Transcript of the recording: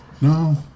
No